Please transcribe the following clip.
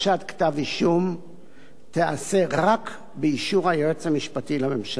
כתב-אישום תיעשה רק באישור היועץ המשפטי לממשלה.